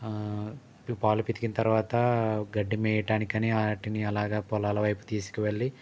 ప పాలు పితికిన తరువాత గడ్డి మేయటానికని వాటిని అలాగ పొలాల వైపుకు తీసుకువెళ్లి